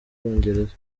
bwongereza